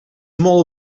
molt